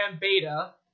beta